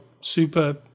super